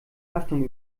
haftung